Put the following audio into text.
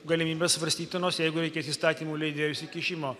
galimybės svarstytinos jeigu reikės įstatymų leidėjų įsikišimo